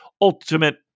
ultimate